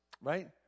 Right